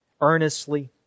earnestly